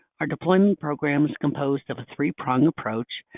our deployment program is composed of a three-pronged approach,